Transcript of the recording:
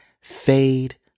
Fade